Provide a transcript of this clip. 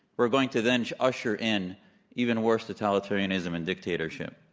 we're going to then usher in even worse totalitarianism and dictatorship.